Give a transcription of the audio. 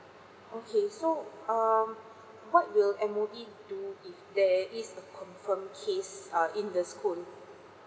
okay so um what will M_O_E do if there is confirm case uh in the school